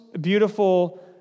beautiful